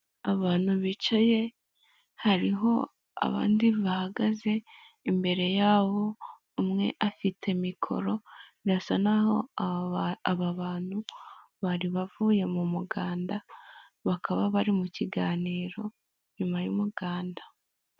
Abantu bicaye hariho abandi bahagaze imbere yabo umwe afite mikoro birasa naho aba bantu bari bavuye mu muganda bakaba bari mu kiganiro nyuma y'umuganda.